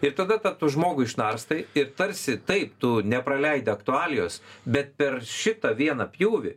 ir tada tą žmogų išnarstai ir tarsi taip tu nepraleidi aktualijos bet per šitą vieną pjūvį